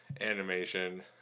animation